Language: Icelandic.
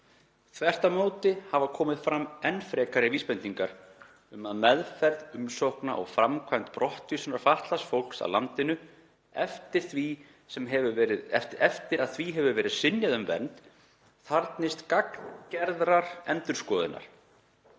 Þvert á móti hafa komið fram enn frekari vísbendingar um að meðferð umsókna og framkvæmd brottvísunar fatlaðs fólks af landinu, eftir að því hefur verið synjað um vernd, þarfnist gagngerrar endurskoðunar,